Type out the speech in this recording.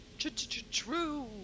True